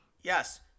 Yes